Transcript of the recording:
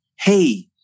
hey